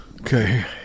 Okay